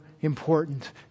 important